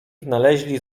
znaleźli